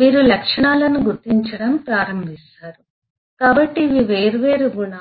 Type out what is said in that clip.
మీరు లక్షణాలను గుర్తించడం ప్రారంభిస్తారు కాబట్టి ఇవి వేర్వేరు గుణాలు